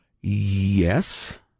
Yes